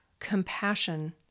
compassion